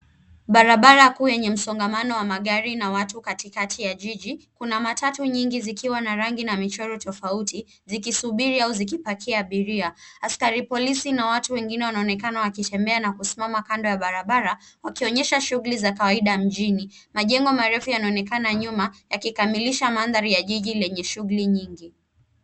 Barabara kuu yenye msongamano wa magari na watu katikati ya jiji. Kuna matatu nyingi zikiwa na rangi na michoro tofauti zikisubiri au zikipakia abiria. Askari polisi na watu wengine wanaonekana wakitembea na kusimama kando ya barabara, wakionyesha shughuli za kawaida mjini. Majengo marefu yanaonekana nyuma yakikamilisha mandhari ya jiji lenye shughuli nyingi.